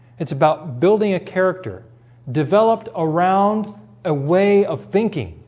it's about building a character developed around a way of thinking